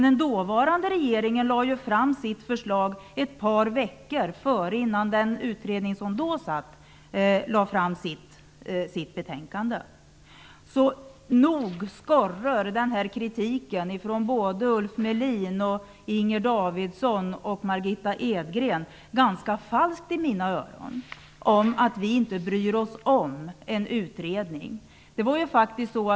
Den dåvarande regeringen lade ju fram sitt förslag ett par veckor innan den utredning som då arbetade lade fram sitt betänkande. Så nog skorrar kritiken från Ulf Melin, Inger Davidson och Margitta Edgren ganska falskt i mina öron om att vi inte bryr oss om en utredning.